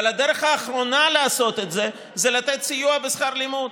אבל הדרך האחרונה לעשות את זה היא לתת סיוע בשכר לימוד,